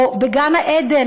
או גן-עדן,